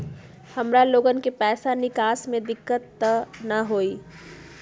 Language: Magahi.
हमार लोगन के पैसा निकास में दिक्कत त न होई?